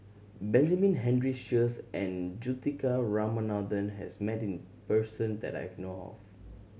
Benjamin Henry Sheares and Juthika Ramanathan has met person that I know of